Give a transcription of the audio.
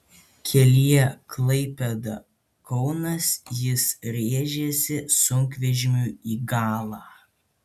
kelyje klaipėda kaunas jis rėžėsi sunkvežimiui į galą